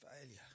failure